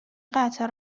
قطع